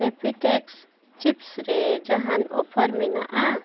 ᱮᱯᱤᱴᱮᱠᱥ chip ᱨᱮ ᱡᱟᱦᱟᱱ offer ᱢᱮᱱᱟᱜᱼᱟ